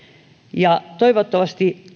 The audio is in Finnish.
ja toivottavasti